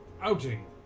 outing